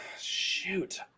shoot